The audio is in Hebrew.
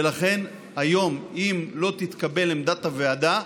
ולכן, היום אם לא תתקבל עמדת הוועדה,